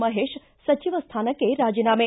ಮಹೇಶ್ ಸಚಿವ ಸ್ಥಾನಕ್ಕೆ ರಾಜೀನಾಮೆ